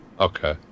Okay